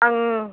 आं